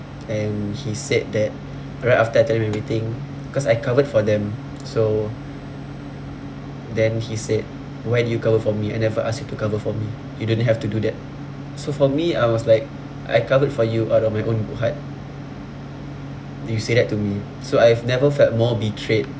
and he said that right after I tell him everything cause I covered for them so then he said why do you cover for me I never ask you to cover for me you don't have to do that so for me I was like I covered for you out of my own good heart do you say that to me so I've never felt more betrayed